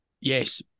Yes